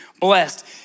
blessed